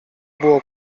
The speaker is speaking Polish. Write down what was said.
było